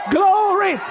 glory